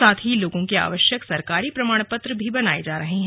साथ ही लोगों के आवश्यक सरकारी प्रमाण पत्र भी बनाये जा रहे हैं